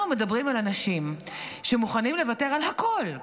אנחנו מדברים על אנשים שמוכנים לוותר על הכול,